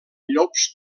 llops